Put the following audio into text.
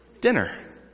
dinner